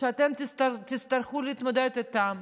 שאתם תצטרכו להתמודד איתן.